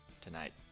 tonight